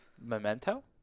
Memento